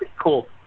Cool